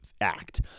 act